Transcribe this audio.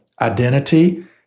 identity